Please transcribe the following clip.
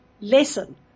lesson